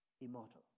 immortal